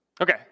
Okay